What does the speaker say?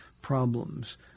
problems